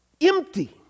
empty